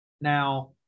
Now